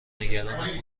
نگران